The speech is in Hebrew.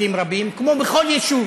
בתים רבים, כמו בכל יישוב